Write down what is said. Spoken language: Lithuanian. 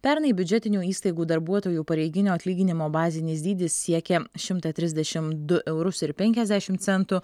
pernai biudžetinių įstaigų darbuotojų pareiginio atlyginimo bazinis dydis siekė šimtą trisdešim du eurus ir penkiasdešim centų